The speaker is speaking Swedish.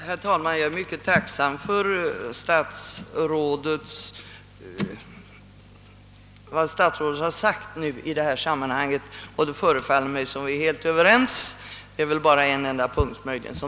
Herr talman! Jag är mycket tacksam för vad statsrådet här sagt. Det förefaller mig som vi är överens, utom möjligen på en enda punkt.